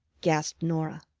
gasped norah,